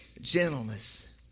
gentleness